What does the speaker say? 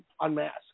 unmask